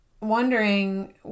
wondering